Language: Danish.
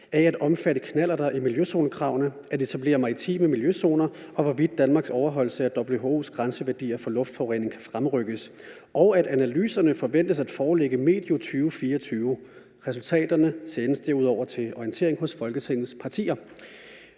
af at omfatte knallerter i miljøzonekravene, at etablere maritime miljøzoner, og hvorvidt Danmarks overholdelse af WHO's grænseværdier for luftforurening skal fremrykkes, og at analyserne forventes at foreligge medio 2024, og at resultaterne derudover sendes til orientering hos Folketingets partier.